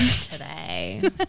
today